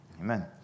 Amen